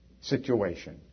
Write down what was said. situation